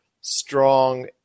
strong